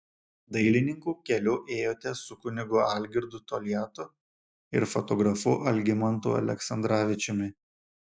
dailininkų keliu ėjote su kunigu algirdu toliatu ir fotografu algimantu aleksandravičiumi